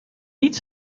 niet